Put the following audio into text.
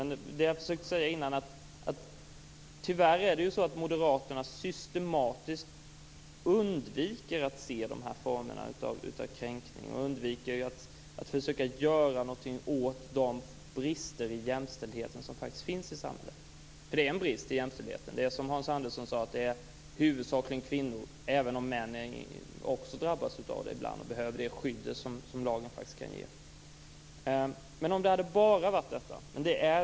Som jag tidigare försökte säga är det tyvärr så att moderaterna systematiskt undviker att se de här formerna av kränkning. De undviker att försöka göra någonting åt de brister i jämställdheten som faktiskt finns i samhället. För det är en brist i jämställdhet. Som Hans Andersson sade är det huvudsakligen kvinnor som drabbas, även om män också drabbas ibland och behöver det skydd som lagen faktiskt kan ge. Men det handlar inte bara om detta.